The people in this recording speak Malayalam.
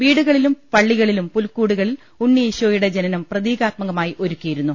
വീടുകളിലും പള്ളികളിലും പുൽക്കൂടുകളിൽ ഉണ്ണീശോയുടെ ജനനം പ്രതീകാത്മകമായി ഒരുക്കിയ ിരുന്നു